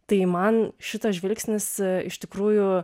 tai man šitas žvilgsnis iš tikrųjų